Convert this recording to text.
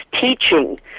teaching